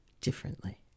differently